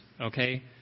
okay